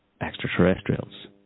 extraterrestrials